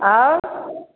आओर